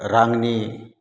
रांनि